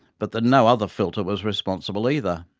but that no other filter was responsible either.